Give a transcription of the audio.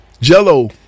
Jello